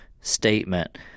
statement